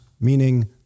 meaning